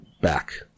back